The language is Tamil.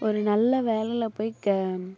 ஒரு நல்ல வேலையில் போய் க